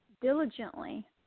diligently